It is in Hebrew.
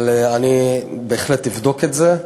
אבל אני בהחלט אבדוק את זה.